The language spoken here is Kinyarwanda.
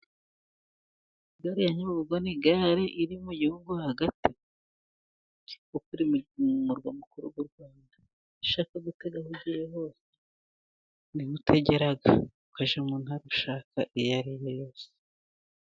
Gare ya Nyabugogo ni gare iri mu gihugu hagati, kuko ari mu murwa mukuru w'u Rwanda. iyo ushaka gutega aho ugiye hose, ni ho utegera. ukajya mu ntara ushaka iyo ari yo yose.